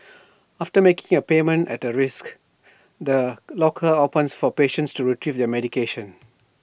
after making A payment at A risk the locker opens for patients to Retrieve their medication